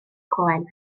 croen